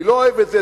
אני לא אוהב את זה,